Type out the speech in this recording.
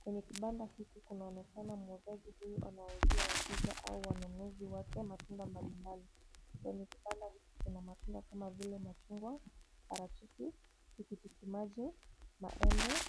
Kwenye Kibanda hiki, kunaonekana muuzaji huyu anawauzia wateja au wanunuzi wake matunda mbalimbali. Kwenye kibanda hiki kuna matunda kama vile machungwa, parachichi, tikiti maji, maembe.